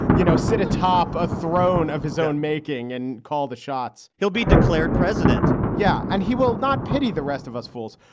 you know, sit atop a throne of his own making and call the shots. he'll be declared president. yeah. and he will not pity the rest of us fools.